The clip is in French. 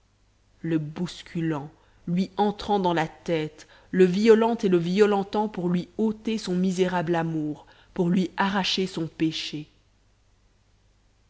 tours le bousculant lui entrant dans la tête le violant et le violentant pour lui ôter son misérable amour pour lui arracher son péché